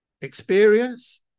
experience